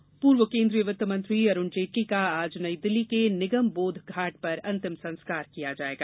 जेटली निधन पूर्व केंद्रीय वित्त मंत्री अरुण जेटली का आज नई दिल्ली के निगम बोध घाट पर अंतिम संस्कार किया जाएगा